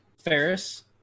Ferris